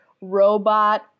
Robot